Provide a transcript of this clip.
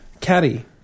Caddy